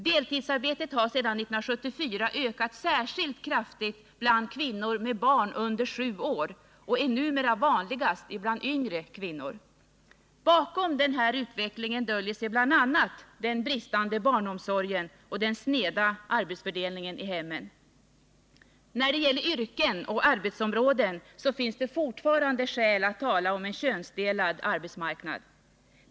Deltidsarbetet har sedan 1974 ökat särskilt kraftigt bland kvinnor med barn under sju år och är numera vanligast bland yngre kvinnor. Bakom denna utveckling döljer sig bl.a. den bristande barnomsorgen och den sneda arbetsfördelningen i hemmen. När det gäller yrken och arbetsområden finns det fortfarande skäl att tala om en könsdelad arbetsmarknad.